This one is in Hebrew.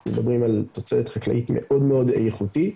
אנחנו מדברים על תוצרת חקלאית מאוד מאוד איכותית.